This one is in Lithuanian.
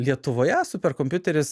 lietuvoje superkompiuteris